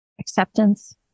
acceptance